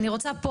אני רוצה פה,